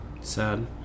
Sad